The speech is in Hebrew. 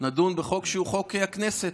נדון בחוק שהוא חוק הכנסת,